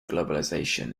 globalisation